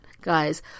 guys